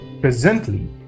Presently